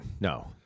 No